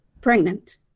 pregnant